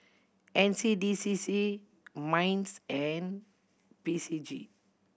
N C D C C MINDS and P C G